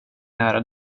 nära